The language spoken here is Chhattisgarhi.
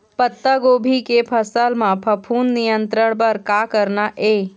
पत्तागोभी के फसल म फफूंद नियंत्रण बर का करना ये?